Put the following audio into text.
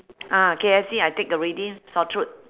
ah K_F_C I take already sore throat